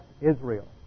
Israel